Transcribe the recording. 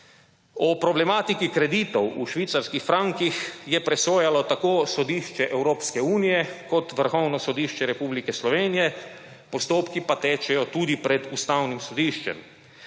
O problematiki kreditov v švicarskih frankih je presojalo tako sodišče Evropske unije kot Vrhovno sodišče Republike Slovenije, postopki pa tečejo tudi pred Ustavnim sodiščem.